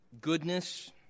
goodness